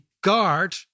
guard